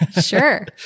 Sure